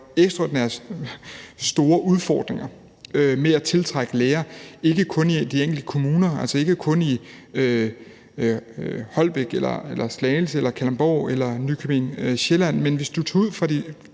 ekstraordinært store udfordringer med at tiltrække læger, ikke kun i de enkelte kommuner, altså ikke kun i Holbæk eller Slagelse eller Kalundborg eller Nykøbing Sjælland, men hvis man ser i forhold